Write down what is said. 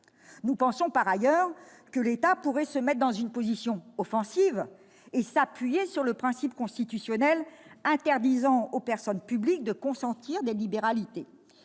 Nous pensons, par ailleurs, que l'État pourrait se mettre dans une position offensive et s'appuyer sur le principe constitutionnel interdisant aux personnes publiques de consentir des libéralités.